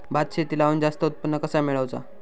भात शेती लावण जास्त उत्पन्न कसा मेळवचा?